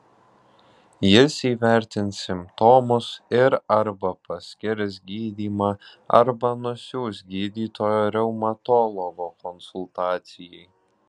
jis įvertins simptomus ir arba paskirs gydymą arba nusiųs gydytojo reumatologo konsultacijai